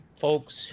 folks